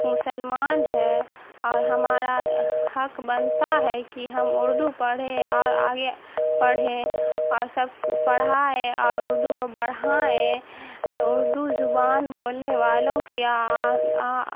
مسلمان ہیں اور ہمارا حق بنتا ہے کہ ہم اردو پڑھیں اور آگے پڑھیں اور سب پڑھائیں اور اردو کو بڑھائیں اردو زبان بولنے والوں کے یہاں